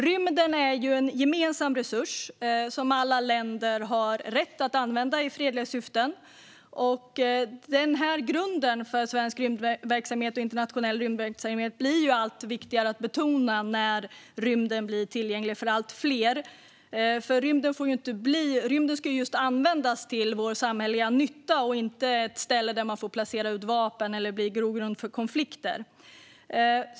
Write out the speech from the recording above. Rymden är en gemensam resurs som alla länder har rätt att använda i fredliga syften. Grunden för svensk och internationell rymdverksamhet blir allt viktigare att betona när rymden blir tillgänglig för allt fler. Rymden ska användas till samhällelig nytta och inte bli ett ställe där man får placera ut vapen eller där en grogrund för konflikter uppstår.